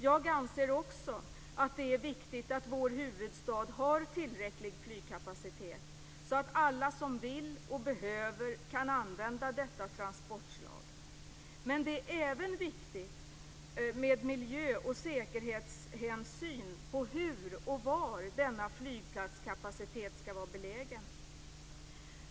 Jag anser också att det är viktigt att vår huvudstad har tillräcklig flygkapacitet så att alla som vill och behöver kan använda detta transportslag. Men det är även viktigt med miljö och säkerhetshänsyn när det gäller hur och var denna flygplatskapacitet skall vara belägen.